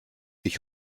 ich